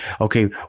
Okay